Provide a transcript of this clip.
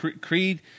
Creed